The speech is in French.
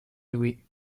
louer